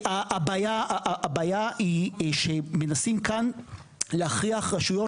הבעיה היא שמנסים כאן להכריח רשויות